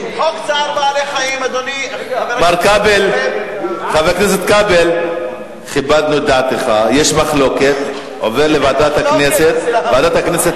הצעת החוק להגנת חיית הבר עוברת להכנה לקריאה